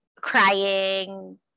crying